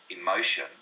emotion